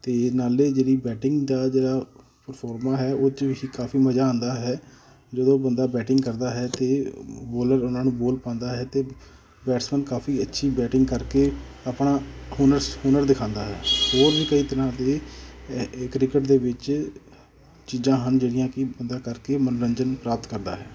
ਅਤੇ ਨਾਲੇ ਜਿਹੜੀ ਬੈਟਿੰਗ ਦਾ ਜਿਹੜਾ ਪਰਫੋਰਮਾ ਹੈ ਉਹ 'ਚ ਵੀ ਕਾਫੀ ਮਜ਼ਾ ਆਉਂਦਾ ਹੈ ਜਦੋਂ ਬੰਦਾ ਬੈਟਿੰਗ ਕਰਦਾ ਹੈ ਅਤੇ ਬੋਲਰ ਉਹਨਾਂ ਨੂੰ ਬੋਲ ਪਾਉਂਦਾ ਹੈ ਤਾਂ ਬੈਟਸਮੈਨ ਕਾਫੀ ਅੱਛੀ ਬੈਟਿੰਗ ਕਰਕੇ ਆਪਣਾ ਹੁਨਰਸ ਹੁਨਰ ਦਿਖਾਉਂਦਾ ਹੈ ਹੋਰ ਵੀ ਕਈ ਤਰ੍ਹਾਂ ਦੇ ਕ੍ਰਿਕਟ ਦੇ ਵਿੱਚ ਚੀਜ਼ਾਂ ਹਨ ਜਿਹੜੀਆਂ ਕਿ ਬੰਦਾ ਕਰਕੇ ਮਨੋਰੰਜਨ ਪ੍ਰਾਪਤ ਕਰਦਾ ਹੈ